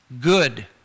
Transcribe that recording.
good